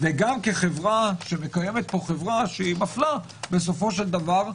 וגם כחברה שמקיימת פה חברה שהיא מפלה בסופו של דבר,